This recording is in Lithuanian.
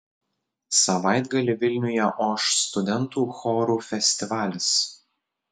savaitgalį vilniuje oš studentų chorų festivalis